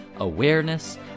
awareness